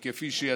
כי כפי שידוע,